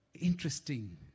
Interesting